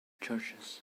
churches